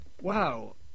wow